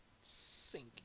sink